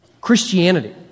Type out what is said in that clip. christianity